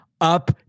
up